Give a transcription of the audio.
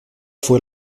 fue